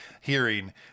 hearing